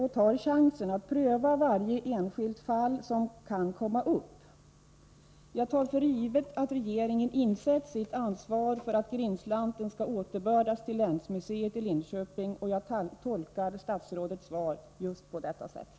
Det gäller att ta tillfället i akt och göra en prövning i varje enskilt fall. Jag tar för givet att regeringen insett vilket ansvar den har när det gäller att återbörda Grindslanten till länsmuseet i Linköping. Jag tolkar statsrådets svar just på det sättet.